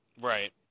Right